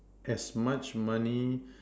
as much money